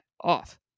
off